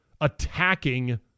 attacking